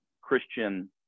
Christian